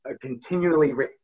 continually